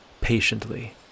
patiently